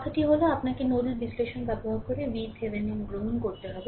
কথাটি হল আপনাকে নোডাল বিশ্লেষণ ব্যবহার করে VThevenin গ্রহণ করতে হবে